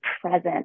present